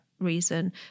reason